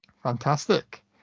Fantastic